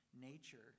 nature